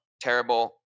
terrible